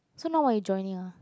so now what you joining ah